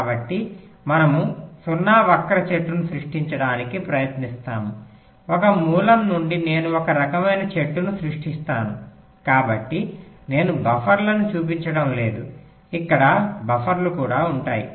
కాబట్టి మనము 0 వక్ర చెట్టును సృష్టించడానికి ప్రయత్నిస్తాము ఒక మూలం నుండి నేను ఒక రకమైన చెట్టును సృష్టిస్తాను కాబట్టి నేను బఫర్లను చూపించడం లేదు ఇక్కడ బఫర్లు కూడా ఉంటాయి